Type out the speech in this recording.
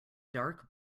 dark